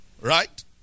Right